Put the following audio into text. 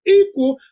equal